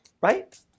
Right